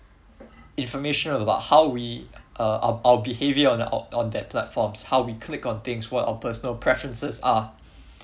information about how we uh our our behavior on that on that platform how we click on things what our personal preferences are